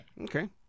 Okay